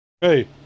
Hey